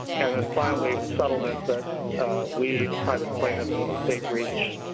and and finally, the settlement that we, the private plaintiffs in the state reached,